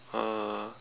uh